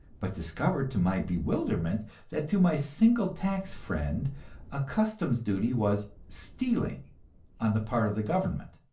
but discovered to my bewilderment that to my single tax friend a customs duty was stealing on the part of the government.